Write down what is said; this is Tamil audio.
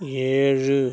ஏழு